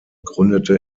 gründete